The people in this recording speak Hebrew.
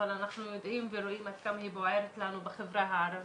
אבל אנחנו יודעים ורואים עד כמה היא בוערת לנו בחברה הערבית,